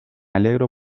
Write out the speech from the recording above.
alegro